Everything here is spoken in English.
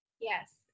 Yes